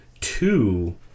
two